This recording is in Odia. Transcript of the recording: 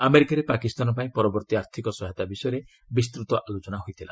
ଆମେରିକାରେ ପାକିସ୍ତାନ ପାଇଁ ପରବର୍ତ୍ତୀ ଆର୍ଥିକ ସହାୟତା ବିଷୟରେ ବିସ୍ତୃତ ଆଲୋଚନା ହୋଇଥିଲା